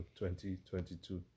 2022